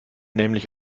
nämlich